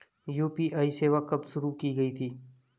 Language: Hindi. यू.पी.आई सेवा कब शुरू की गई थी?